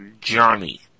johnny